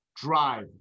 drive